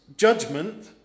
Judgment